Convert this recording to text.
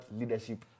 leadership